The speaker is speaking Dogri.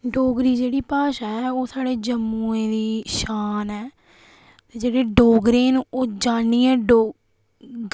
डोगरी जेह्ड़ी भाशा ऐ ओह् स्हाड़े जम्मुआ दी शान ऐ जेह्ड़े डोगरे न ओह् जानियै डो